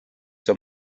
saab